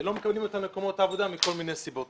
ולא מקבלים אותם למקומות העבודה מכל מיני סיבות